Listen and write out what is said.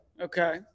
okay